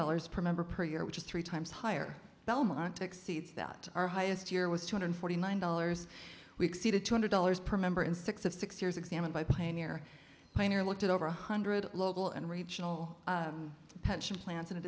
dollars per member per year which is three times higher belmont exceeds that our highest year was two hundred forty nine dollars we exceeded two hundred dollars per member in six of six years examined by play near pioneer looked at over one hundred local and regional pension plans and it